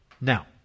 Now